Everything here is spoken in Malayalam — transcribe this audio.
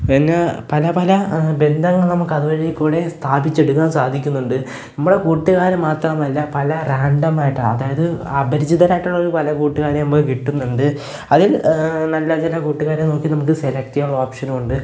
പിന്നെ പല പല ബന്ധങ്ങൾ നമുക്കത് വഴിയിൽക്കൂടെ സ്ഥാപിച്ചെടുക്കാൻ സാധിക്കുന്നുണ്ട് നമ്മൾ കൂട്ടുകാർ മാത്രമല്ല പല റാൻഡം ആയിട്ടോ അതായത് അപരിചിതരായിട്ടുള്ള പല കൂട്ടുകാരെ നമുക്ക് കിട്ടുന്നുണ്ട് അതിൽ നല്ല ചില കൂട്ടുകാരെ നോക്കി നമുക്ക് സെലക്റ്റ് ചെയ്യാൻ ഓപ്ഷനും ഉണ്ട്